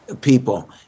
people